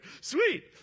Sweet